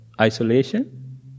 isolation